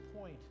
point